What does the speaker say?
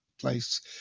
place